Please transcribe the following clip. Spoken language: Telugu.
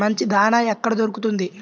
మంచి దాణా ఎక్కడ దొరుకుతుంది?